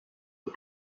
die